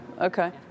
Okay